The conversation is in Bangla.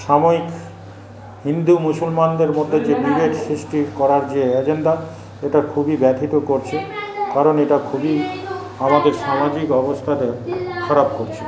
সাময়িক হিন্দু মুসলমানদের মধ্যে যে বিভেদ সৃষ্টির করার যে অ্যাজেন্ডা এটা খুবই ব্যথিত করছে কারণ এটা খুবই আমাদের সামাজিক অবস্থাকে খারাপ করছে